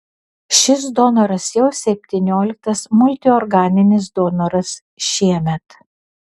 šis donoras jau septynioliktas multiorganinis donoras šiemet